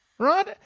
Right